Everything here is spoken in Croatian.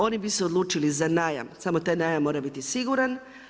Oni bi se odlučili za najam, samo taj najam mora biti siguran.